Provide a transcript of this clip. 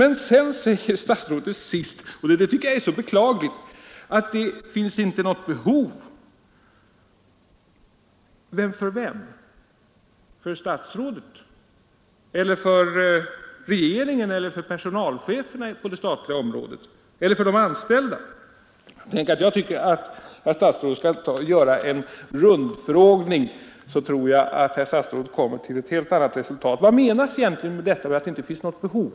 och det tycker jag är beklagligt att Till sist säger herr statsrådet För vem? För det inte finns något behov av en sammanställning en eller för personalcheferna på det statliga statsrådet eller för regering området? Eller för de anställda? Jag tycker herr statsrådet skall göra en rundfråga. Då tror jag herr statsrådet kommer till ett helt annat resultat Vad menas egentligen med att det inte finns något behov?